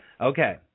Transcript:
Okay